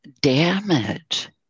damage